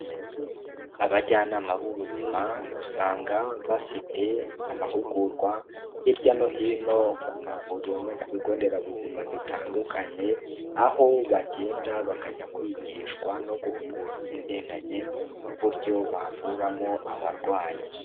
Abajyanama b'ubuzima usanga bafite amahugurwa hirya no hino ku mavuriro no ku bigo nderabuzima bitandukanye, aho bagenda bakajya kwigishwa no guhugurwa ibigendanye n'uburyo bavuramo abarwayi.